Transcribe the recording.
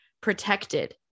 protected